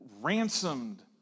ransomed